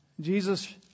Jesus